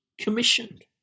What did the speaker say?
commissioned